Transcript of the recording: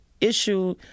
issue